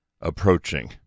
approaching